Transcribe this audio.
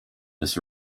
this